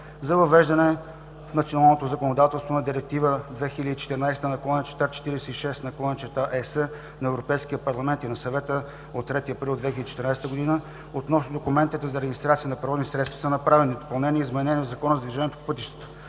За въвеждане в националното законодателство на Директива 2014/46/ЕС на Европейския парламент и на Съвета от 3 април 2014 г. относно документите за регистрация на превозни средства са направени допълнения и изменения в Закона за движение по пътищата.